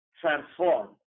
transform